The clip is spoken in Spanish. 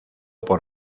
por